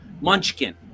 munchkin